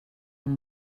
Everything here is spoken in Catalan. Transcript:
amb